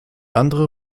andere